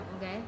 okay